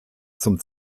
zum